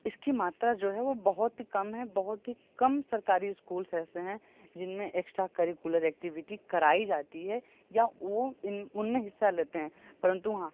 इसकी मात्रा जो है वो बहुत ही कम है बहुत ही कम सरकारी स्कूल्स ऐसे हैं जिनमें एक्स्ट्रा करिकुलर एक्टिविटी कराई जाती है या वो उनमें हिस्सा लेते हैं परन्तु हाँ